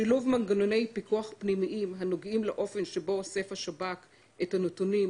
שילוב מנגנוני פיקוח פנימיים הנוגעים לאופן שבו אוסף השב"כ את הנתונים,